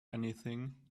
anything